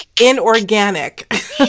inorganic